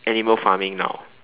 animal farming now